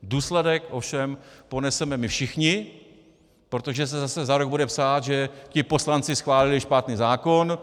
Důsledek ovšem poneseme my všichni, protože se zase za rok bude psát, že ti poslanci schválili špatný zákon.